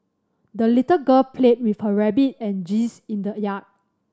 the little girl played with her rabbit and geese in the yard